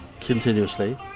continuously